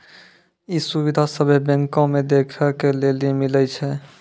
इ सुविधा सभ्भे बैंको मे देखै के लेली मिलै छे